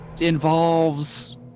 involves